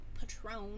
Patron